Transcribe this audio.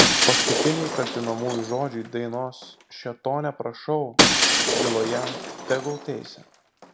paskutiniai kaltinamųjų žodžiai dainos šėtone prašau byloje tegul teisia